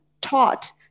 taught